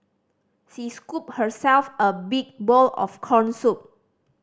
she scooped herself a big bowl of corn soup